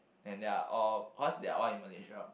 and they are all cause they are all in Malaysia